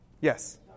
Yes